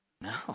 No